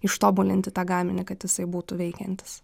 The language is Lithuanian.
ištobulinti tą gaminį kad jisai būtų veikiantis